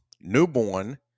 newborn